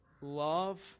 love